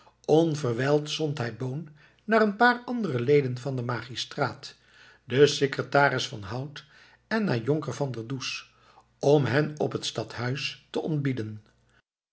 zond hij boon naar een paar andere leden van den magistraat den secretaris jan van hout en naar jonker van der does om hen op het stadhuis te ontbieden